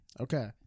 Okay